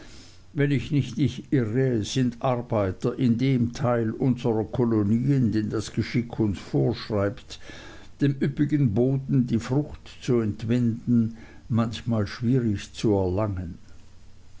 wenn ich nicht irre sind arbeiter in dem teil unserer kolonien den das geschick uns vorschreibt dem üppigen boden die frucht zu entwinden manchmal schwierig zu erlangen